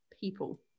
people